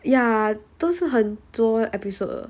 ya 都是很多 episode 的